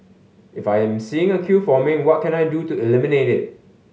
if I'm seeing a queue forming what can I do to eliminate it